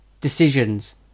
decisions